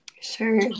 Sure